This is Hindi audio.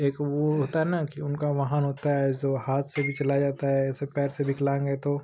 एक वो होता है न कि उनका वाहन होता है ज़ो हाथ से भी चलाया जाता है ऐसे पैर से विकलांग है तो